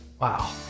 Wow